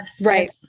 right